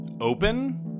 open